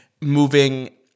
moving